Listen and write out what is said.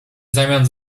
zamian